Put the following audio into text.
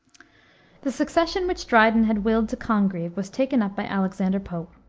the succession which dryden had willed to congreve was taken up by alexander pope.